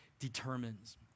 Determines